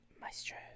Maestro